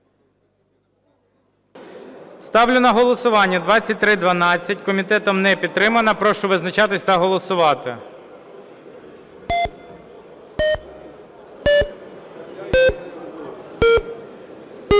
Ставлю на голосування 2312. Комітетом не підтримана. Прошу визначатися та голосувати. 11:42:08